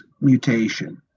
mutation